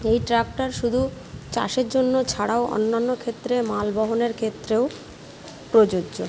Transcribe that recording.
ওই ট্রাক্টার শুধু চাষের জন্য ছাড়াও অন্য অন্য ক্ষেত্রে মাল বহনের ক্ষেত্রেও প্রযোজ্য